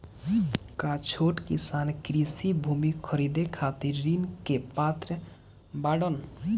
का छोट किसान कृषि भूमि खरीदे खातिर ऋण के पात्र बाडन?